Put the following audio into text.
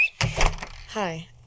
Hi